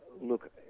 Look